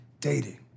dating